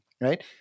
Right